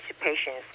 patients